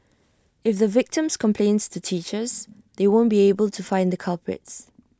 if the victims complains to teachers they won't be able to find the culprits